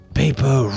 paper